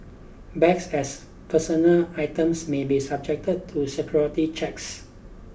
bags as personal items may be subjected to security checks